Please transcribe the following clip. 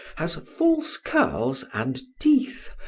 has false curls and teeth,